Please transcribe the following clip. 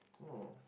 oh